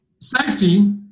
safety